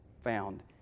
found